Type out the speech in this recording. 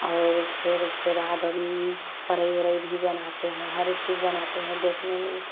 और फिर उसके बाद परई उरई भी बनाते हैं हर एक चीज बनाते हैं देखने में